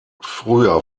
früher